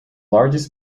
largest